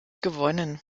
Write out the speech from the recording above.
gewonnen